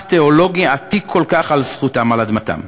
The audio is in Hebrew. תיאולוגי עתיק כל כך על זכותם על אדמתם.